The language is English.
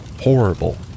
horrible